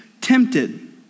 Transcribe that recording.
tempted